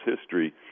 history